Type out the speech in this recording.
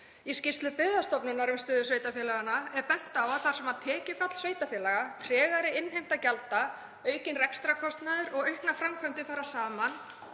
Í skýrslu Byggðastofnunar um stöðu sveitarfélaganna er bent á að þar sem tekjufall, tregari innheimta gjalda, aukinn rekstrarkostnaður og auknar framkvæmdir fara saman